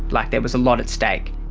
like there was a lot at stake.